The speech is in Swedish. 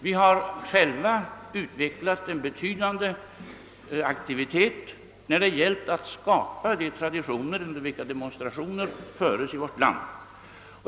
Vi har själva utvecklat en betydande aktivitet när det gällt att skapa de traditioner under vilka demonstrationer förs i vårt land.